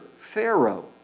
pharaoh